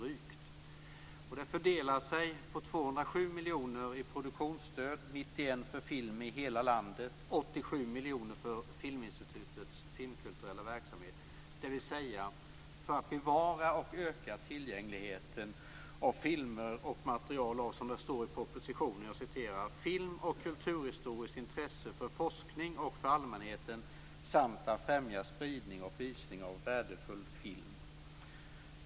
Detta fördelar sig på 207 miljoner kronor i produktionsstöd, 91 miljoner för film i hela landet och 87 miljoner för Filminstitutets filmkulturella verksamhet, dvs. för att bevara och öka tillgängligheten av filmer och material av, som det framgår i propositionen, film och kulturhistoriskt intresse för forskning och för allmänheten samt att främja spridning och visning av värdefull film.